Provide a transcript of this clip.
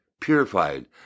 purified